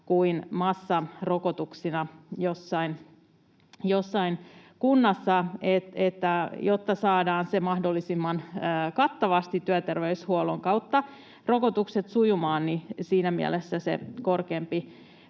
kuin massarokotuksina jossain kunnassa. Jotta saadaan mahdollisimman kattavasti työterveyshuollon kautta rokotukset sujumaan, niin siinä mielessä se korkeampi